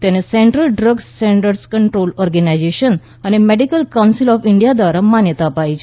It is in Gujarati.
તેને central drug standards control organisation અને મેડિકલ કાઉન્સિલ ઑફ ઈન્ડિયા દ્વારા માન્યતા અપાઈ છે